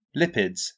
lipids